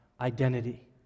identity